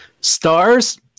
stars